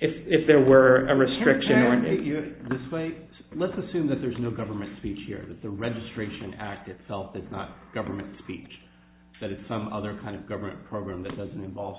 if there were a restriction around eight years this way let's assume that there's no government speech here that the registration act itself is not government speech that it's some other kind of government program that doesn't involve